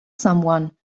someone